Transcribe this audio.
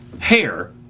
hair